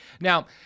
now